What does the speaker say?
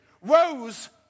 rose